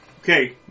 Okay